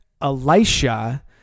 Elisha